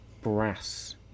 brass